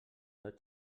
dos